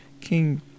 King